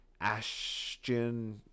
Ashton